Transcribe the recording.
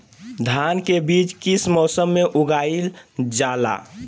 धान के बीज किस मौसम में उगाईल जाला?